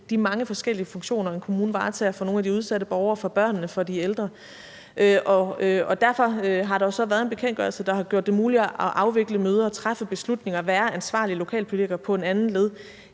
de mange forskellige funktioner, en kommune varetager for nogle af de udsatte borgere, for børnene og for de ældre. Og derfor har der jo været en bekendtgørelse, der har gjort det muligt at afvikle møder, at træffe beslutninger og at være ansvarlige lokalpolitikere på en anden led.